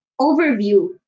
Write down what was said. overview